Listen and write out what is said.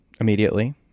immediately